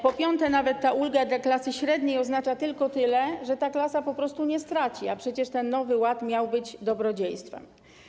Po piąte, nawet ta ulga dla klasy średniej oznacza tylko tyle, że ta klasa po prostu nie straci, a przecież Nowy Ład miał być dobrodziejstwem.